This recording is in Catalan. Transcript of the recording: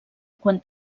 quan